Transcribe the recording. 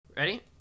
Ready